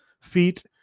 feet